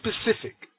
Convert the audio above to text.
specific